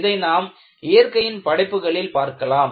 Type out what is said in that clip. இதை நாம் இயற்கையின் படைப்புகளிலும் பார்க்கலாம்